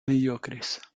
mediocres